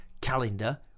calendar